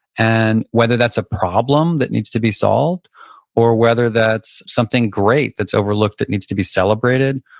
and whether that's a problem that needs to be solved or whether that's something great that's overlooked that needs to be celebrated,